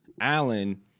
Allen –